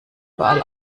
überall